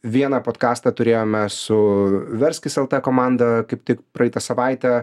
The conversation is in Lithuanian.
vieną podkastą turėjome su verskis lt komanda kaip tik praeitą savaitę